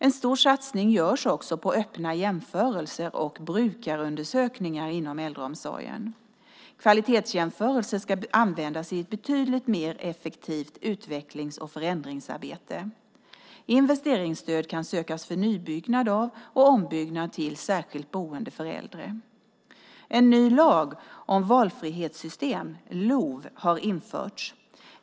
En stor satsning görs också på öppna jämförelser och brukarundersökningar inom äldreomsorgen. Kvalitetsjämförelserna ska användas i ett betydligt mer effektivt utvecklings och förändringsarbete. Investeringsstöd kan sökas för nybyggnad av och ombyggnad till särskilt boende för äldre. En ny lag om valfrihetssystem, LOV, har införts.